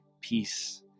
peace